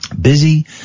busy